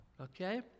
Okay